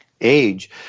age